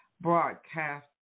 broadcast